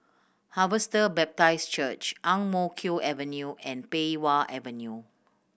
Harvester Baptist Church Ang Mo Kio Avenue and Pei Wah Avenue